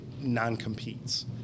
non-competes